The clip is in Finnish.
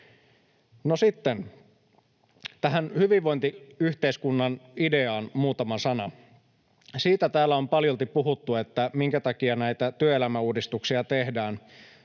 No sitten tähän hyvinvointiyhteiskunnan ideaan muutama sana. Siitä täällä on paljolti puhuttu, minkä takia näitä työelämäuudistuksia tehdään.